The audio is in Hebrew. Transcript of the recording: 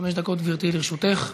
חמש דקות, גברתי, לרשותך.